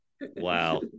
Wow